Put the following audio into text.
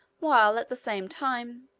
while, at the same time,